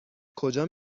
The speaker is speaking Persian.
کجا